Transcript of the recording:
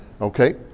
Okay